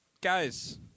guys